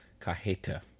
cajeta